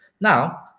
Now